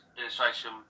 illustration